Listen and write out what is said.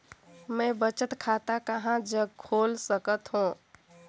मैं बचत खाता कहां जग खोल सकत हों?